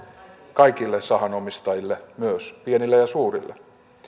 kaikille sahanomistajille myös pienille ja suurille